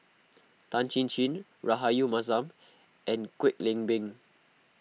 Tan Chin Chin Rahayu Mahzam and Kwek Leng Beng